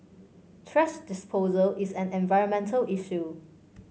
thrash disposal is an environmental issue